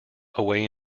away